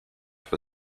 for